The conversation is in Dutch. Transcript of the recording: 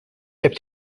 heb